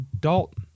Dalton